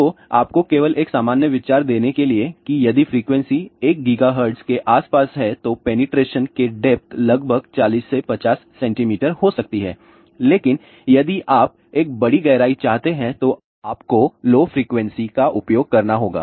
तो आपको केवल एक सामान्य विचार देने के लिए कि यदि फ्रिकवेंसी 1 GHz के आसपास है तो पेनिट्रेशन के डेप्ट लगभग 40 से 50 सेमी हो सकती है लेकिन यदि आप एक बड़ी गहराई चाहते हैं तो आपको लो फ्रिकवेंसी का उपयोग करना होगा